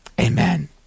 Amen